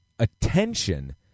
Attention